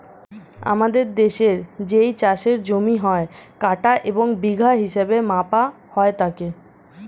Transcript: আমাদের দেশের যেই চাষের জমি হয়, কাঠা এবং বিঘা হিসেবে মাপা হয় তাকে